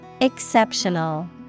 Exceptional